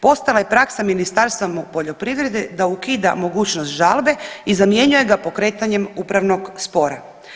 Postala je praksa Ministarstva poljoprivrede da ukida mogućnost žalbe i zamjenjuje ga pokretanjem upravnog spora.